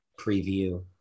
preview